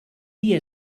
dia